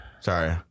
Sorry